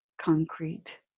concrete